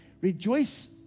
Rejoice